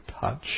touch